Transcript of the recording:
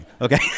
Okay